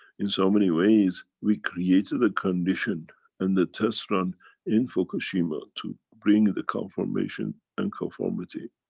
in so many ways we created the condition and the test run in fukushima, to bring the confirmation and conformity.